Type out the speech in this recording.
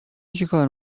چیکار